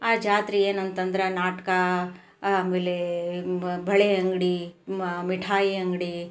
ಆ ಜಾತ್ರೆ ಏನಂತಂದ್ರೆ ನಾಟಕ ಆಮೇಲೆ ಬಳೆ ಅಂಗಡಿ ಮ ಮಿಠಾಯಿ ಅಂಗಡಿ